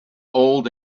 old